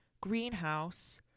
greenhouse